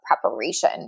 preparation